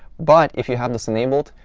but if you have this enabled,